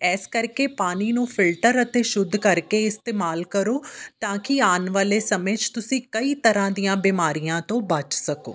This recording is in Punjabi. ਇਸ ਕਰਕੇ ਪਾਣੀ ਨੂੰ ਫਿਲਟਰ ਅਤੇ ਸ਼ੁੱਧ ਕਰਕੇ ਇਸਤੇਮਾਲ ਕਰੋ ਤਾਂ ਕਿ ਆਉਣ ਵਾਲੇ ਸਮੇਂ 'ਚ ਤੁਸੀਂ ਕਈ ਤਰ੍ਹਾਂ ਦੀਆਂ ਬਿਮਾਰੀਆਂ ਤੋਂ ਬਚ ਸਕੋ